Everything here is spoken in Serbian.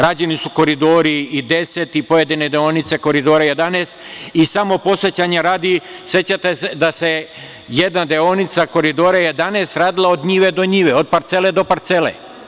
Rađeni su koridori i deset i pojedine deonice Koridora 11 i, samo podsećanja radi, sećate se da se jedna deonica Koridora 11 radila od njive do njive, od parcele do parcele.